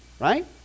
right